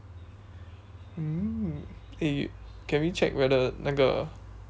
mm eh can we check whether 那个